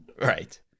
Right